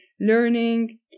learning